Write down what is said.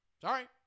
Sorry